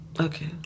okay